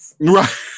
Right